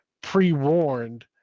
pre-warned